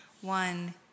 one